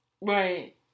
Right